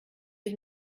ich